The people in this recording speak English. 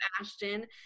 Ashton